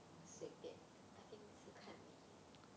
随便 I think 是看你